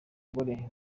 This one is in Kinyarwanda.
gore